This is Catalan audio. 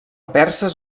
perses